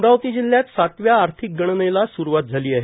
अमरावती जिल्ह्यात सातव्या आर्थिक गणनेला स्रुवात झाली आहे